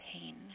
pain